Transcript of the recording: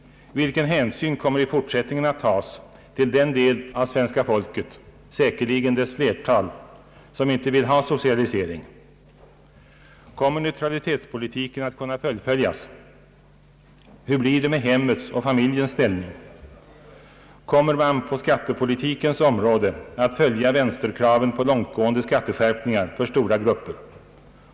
Vilken hänsyn kommer i fortsättningen att tas till den del av svenska folket — säkerligen dess flertal — som inte vill ha socialisering? Kommer neutralitetspolitiken att kunna fullföljas? Hur blir det med hemmets och familjens ställning? Kommer man på skattepolitikens område att följa vänsterkraven på långtgående skatteskärpningar för stora grupper?